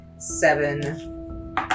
Seven